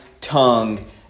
tongue